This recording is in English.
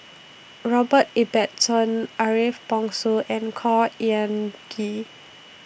Robert Ibbetson Ariff Bongso and Khor Ean Ghee